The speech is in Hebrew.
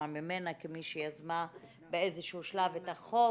ממנה כמי שיזמה באיזשהו שלב את החוק,